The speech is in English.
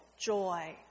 joy